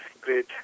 great